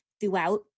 throughout